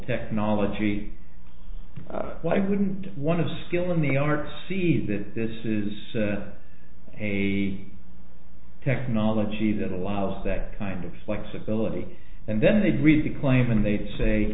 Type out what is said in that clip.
technology why wouldn't one of skill in the art see that this is a technology that allows that kind of flexibility and then they read the claim and they say